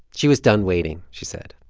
she was done waiting, she said.